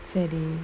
சரி:sari